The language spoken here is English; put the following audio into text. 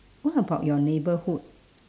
what about your neighbourhood